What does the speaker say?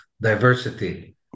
diversity